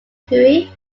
hui